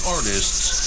Artists